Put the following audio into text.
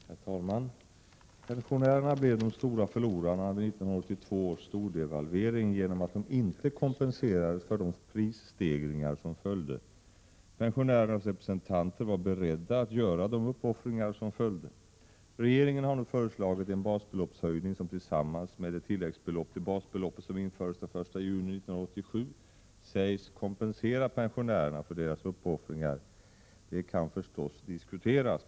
Herr talman! Pensionärerna blev de stora förlorarna vid 1982 års stordevalvering genom att de inte kompenserades för de prisstegringar som följde. Pensionärernas representanter var beredda på att göra de uppoffringar som krävdes. Regeringen har nu föreslagit en basbeloppshöjning, som tillsammans med det tilläggsbelopp till basbeloppet som infördes den 1 juni 1987 sägs kompensera pensionärerna för deras uppoffringar. Det kan förstås diskuteras.